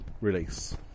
release